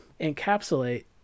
encapsulate